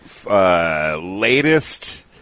Latest